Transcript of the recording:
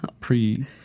pre